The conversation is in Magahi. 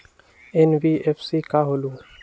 एन.बी.एफ.सी का होलहु?